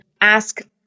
Ask